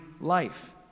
life